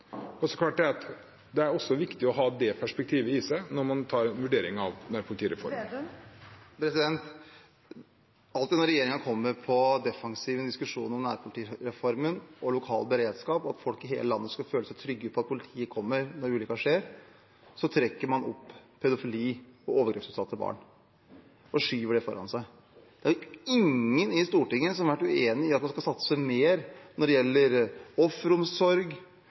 Det er viktig å ha med seg også det perspektivet når man tar en vurdering av denne politireformen. Trygve Slagsvold Vedum – til oppfølgingsspørsmål. Alltid når regjeringen kommer på defensiven i diskusjonen om nærpolitireformen og lokal beredskap, og om at folk i hele landet skal føle seg trygge på at politiet kommer når ulykken skjer, så trekker man opp pedofili og overgrepsutsatte barn og skyver det foran seg. Det er jo ingen i Stortinget som har vært uenig i at man skal satse mer når det gjelder